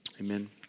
Amen